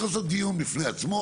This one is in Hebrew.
צריך לעשות דיון בפני עצמו.